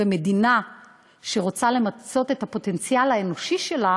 ומדינה שרוצה למצות את הפוטנציאל האנושי שלה